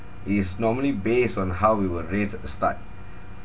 is normally based on how we were raised at the start